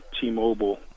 t-mobile